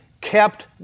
kept